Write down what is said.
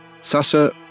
Sasha